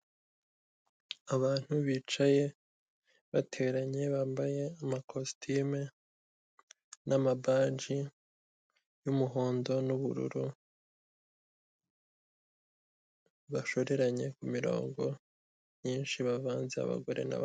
Abantu bicaye bateranye, bambaye amakositime n'amabaji y'umuhondo n'ubururu bashoreranye ku mirongo myinshi bavanze abagore n'aba